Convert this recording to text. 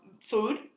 food